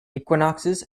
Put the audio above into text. equinoxes